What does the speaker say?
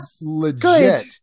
legit